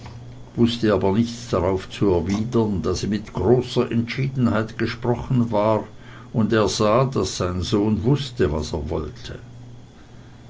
wußte aber nichts darauf zu erwidern da sie mit großer entschiedenheit gesprochen war und er sah daß sein sohn wußte was er wollte